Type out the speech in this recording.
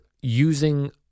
using